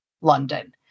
London